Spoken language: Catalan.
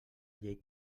llei